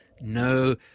no